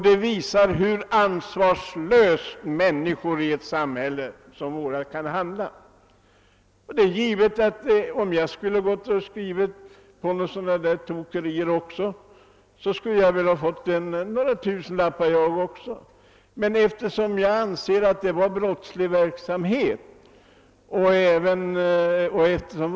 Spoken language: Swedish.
Det visar också hur ansvarslöst människor i vårt samhälle kan handla. Om jag själv hade skrivit under en fullmakt härom, skulle givetvis också jag ha kunnat få några tusenlappar. Iftersom jag jämställer detta med brotts lig verksamhet, har jag emellertid inte tagit emot några pengar.